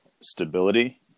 stability